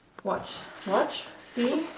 watch watch? see?